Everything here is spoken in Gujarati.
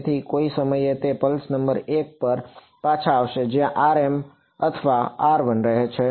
તેથી કોઈક સમયે તે પલ્સ નંબર 1 પર પાછા આવશે જ્યાંrm અથવા r1 રહે છે